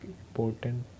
important